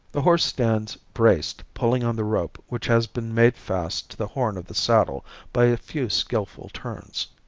the horse stands braced pulling on the rope which has been made fast to the horn of the saddle by a few skillful turns.